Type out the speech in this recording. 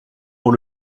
pour